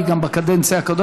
היא הייתה גם בקדנציה הקודמת.